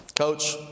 Coach